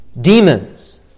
demons